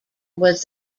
was